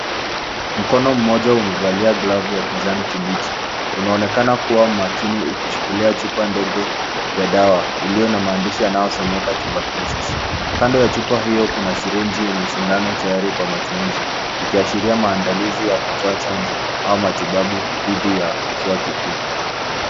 Mkono mmoja umevalia glavu ya kijani kibichi unaonekana kuwa makini ukishikilia chupa ndogo ya dawa iliyo na maandishi yanayo someka Tuberculosis kando ya chupa hiyo kuna syringe yenye sindano tayari kwa matumizi ikiashiria maandalizi ya kutoa chanjo au matibabu dhidi ya kifua kikuu.